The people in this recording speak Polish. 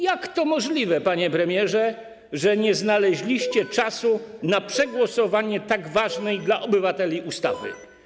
Jak to możliwe, panie premierze, że nie znaleźliście czasu na przegłosowanie tak ważnej dla obywateli ustawy?